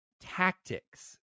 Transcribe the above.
tactics